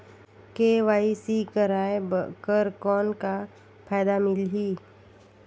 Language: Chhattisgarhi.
के.वाई.सी कराय कर कौन का फायदा मिलही?